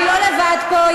אני לא לבד פה,